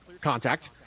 contact